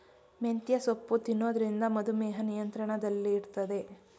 ಮೆಂತ್ಯೆ ಸೊಪ್ಪು ತಿನ್ನೊದ್ರಿಂದ ಮಧುಮೇಹ ನಿಯಂತ್ರಣದಲ್ಲಿಡ್ತದೆ